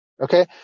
Okay